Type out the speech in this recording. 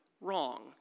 wrong